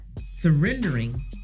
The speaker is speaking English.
surrendering